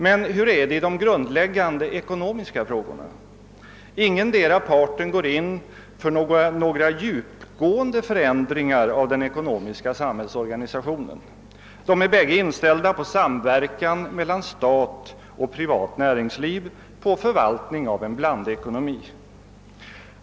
Men hur är det i de grundläggande ekonomiska frågorna? Ingendera parten går in för några djupgående förändringar av den ekonomiska samhällsorganisationen. De är bägge inställda på samverkan mellan stat och privat näringsliv, på förvaltning av en blandekonomi.